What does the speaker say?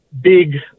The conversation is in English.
big